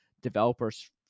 developers